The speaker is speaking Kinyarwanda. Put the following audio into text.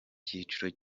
cyiciro